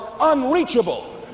unreachable